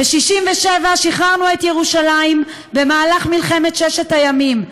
ב-1967 שחררנו את ירושלים, במהלך מלחמת ששת הימים.